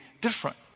different